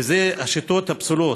ואלו שיטות פסולות.